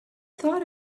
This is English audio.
thought